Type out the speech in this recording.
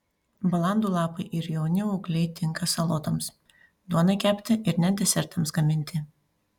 balandų lapai ir jauni ūgliai tinka salotoms duonai kepti ir net desertams gaminti